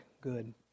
good